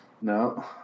No